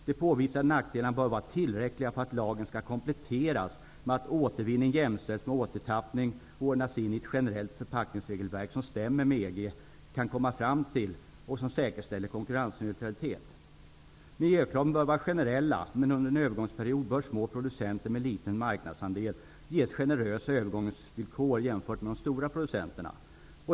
De påvisade nackdelarna bör vara tillräckliga för att lagen skall kompletteras med att återvinning jämställs med återtappning och ordnas in i ett generellt förpackningsregelverk som stämmer med vad EG kan komma fram till och som säkerställer konkurrensneutralitet. Miljökraven bör vara generella, men under en övergångsperiod bör små producenter med liten marknadsandel ges generösa övergångsvillkor jämfört med de stora producenterna.